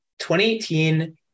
2018